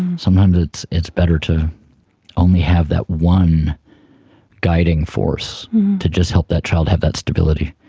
sometimes it's it's better to only have that one guiding force to just help that child have that stability.